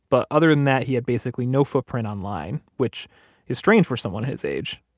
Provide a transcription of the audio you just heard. but other than that, he had basically no footprint online, which is strange for someone his age.